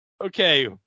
Okay